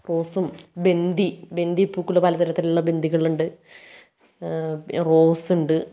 റോസും ബിന്ദി ബിന്ദിപ്പൂക്കൾ പലതരത്തിലുള്ള ബിന്ദികളുണ്ട് റോസുണ്ട്